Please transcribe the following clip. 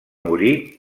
morir